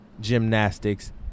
gymnastics